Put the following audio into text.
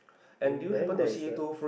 and then there is a